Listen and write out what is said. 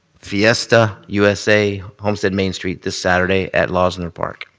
fiesta usa homestead main street, this saturday at losner park.